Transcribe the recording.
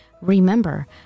Remember